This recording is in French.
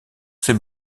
ses